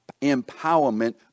empowerment